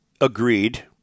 agreed